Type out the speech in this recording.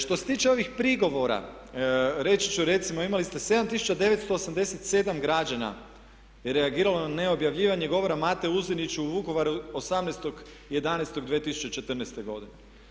Što se tiče ovih prigovora, reći ću recimo imali ste 7987 građana je reagiralo na neobjavljivanje govora Mate Uziniću u Vukovaru 18.11.2014. godine.